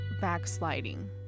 backsliding